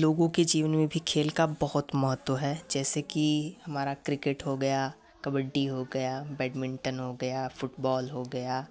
लोगों के जीवन में भी खेल का बहुत महत्व है जैसे कि हमारा क्रिकेट हो गया कबड्डी हो गया बैडमिंटन हो गया फुटबॉल हो गया